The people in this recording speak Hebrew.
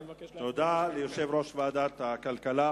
תודה ליושב-ראש ועדת הכלכלה.